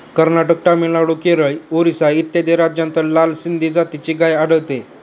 कर्नाटक, तामिळनाडू, केरळ, ओरिसा इत्यादी राज्यांत लाल सिंधी जातीची गाय आढळते